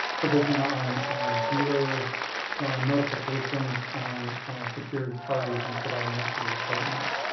provision on dealer notifications on secured parties in providing that to the departments.